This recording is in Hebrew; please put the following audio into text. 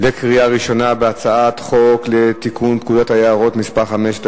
בקריאה ראשונה על הצעת חוק לתיקון פקודת היערות (מס' 5),